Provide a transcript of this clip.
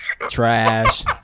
trash